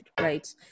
right